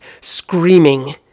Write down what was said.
screaming